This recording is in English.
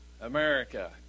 America